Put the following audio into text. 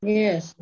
yes